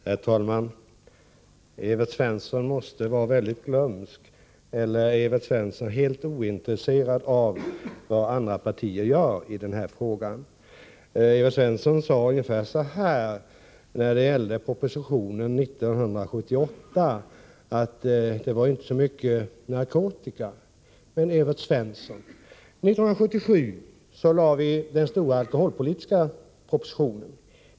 Herr talman! Evert Svensson måste vara väldigt glömsk, eller också är han helt ointresserad av vad andra partier gör i denna fråga. Han sade ungefär så, att i propositionen 1978 handlade det inte så mycket om narkotika. Men, Evert Svensson, 1977 lade vi fram den stora alkoholpolitiska propositionen.